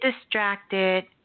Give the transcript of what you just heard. distracted